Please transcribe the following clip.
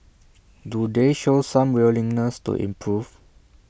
do they show some willingness to improve